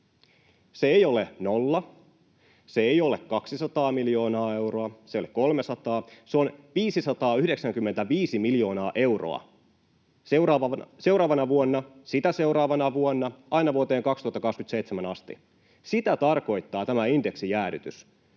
Se ei ole nolla, se ei ole 200 miljoonaa euroa, se ei ole 300. Se on 595 miljoonaa euroa seuraavana vuonna, sitä seuraavana vuonna, aina vuoteen 2027 asti. Sitä tarkoittaa tämä indeksijäädytys,